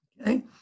Okay